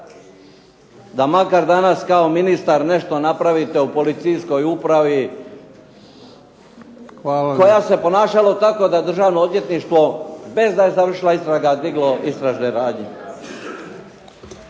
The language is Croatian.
da makar danas kao ministar nešto napravite u policijskoj upravi koja se ponašala tako da Državno odvjetništvo, bez da je završila istraga, diglo istražne radnje.